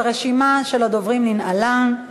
הרשימה של הדוברים ננעלה.